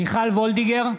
מיכל וולדיגר,